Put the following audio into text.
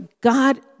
God